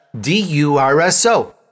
D-U-R-S-O